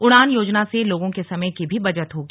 उड़ान योजना से लोगों के समय की भी बचत होगी